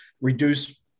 reduce